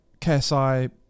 KSI